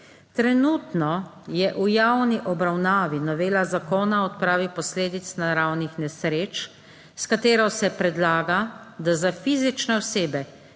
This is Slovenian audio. (nadaljevanje) v javni obravnavi novela zakona o odpravi posledic naravnih nesreč, s katero se predlaga, da za fizične osebe,